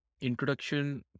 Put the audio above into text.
introduction